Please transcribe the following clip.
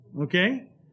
Okay